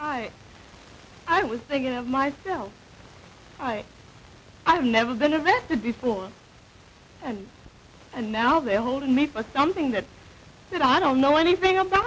out i i was thinking of myself i have never been evicted before and and now they're holding me for something that that i don't know anything about